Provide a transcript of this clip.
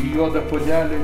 į juodą puodelį